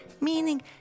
meaning